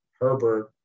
Herbert